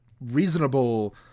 reasonable